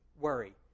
worry